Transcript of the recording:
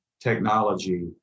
technology